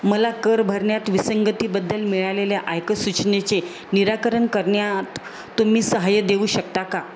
मला कर भरण्यात विसंगतीबद्दल मिळालेल्या आयकर सूचनेचे निराकरण करण्यात तुम्ही सहाय्य देऊ शकता का